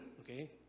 Okay